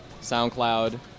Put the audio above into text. SoundCloud